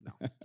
No